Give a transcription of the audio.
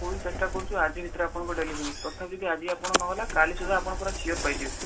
ଫୁଲ୍ ଚେଷ୍ଟା କରୁଛୁ ଆଜି ଭିତରେ ଆପଣଙ୍କ ଡେଲିଭରି ତଥାପି ଯଦି ଆଜି ଆପଣ ନହେଲା କାଲି ସୁଦ୍ଧା ଆପଣ ପୁରା ସିୟୋର୍ ପାଇଯିବେ